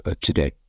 today